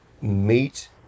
meet